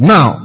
Now